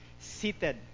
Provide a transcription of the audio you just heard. Seated